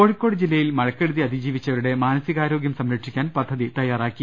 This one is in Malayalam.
കോഴിക്കോട് ജില്ലയിൽ മഴക്കെടുതി അതിജീവിച്ചവരുടെ മാന സികാരോഗൃം സംരക്ഷിക്കാൻ പദ്ധതി തയാറാക്കി